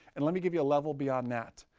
and let me give you a level beyond that.